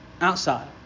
outside